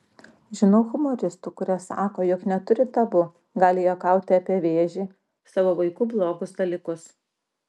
žinau humoristų kurie sako jog neturi tabu gali juokauti apie vėžį savo vaikų blogus dalykus